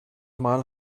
mal